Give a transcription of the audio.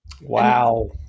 Wow